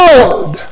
Lord